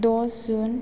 द' जुन